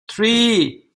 three